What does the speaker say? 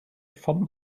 vom